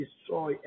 destroy